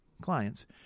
clients